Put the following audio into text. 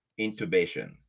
intubation